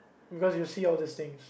because you see all this things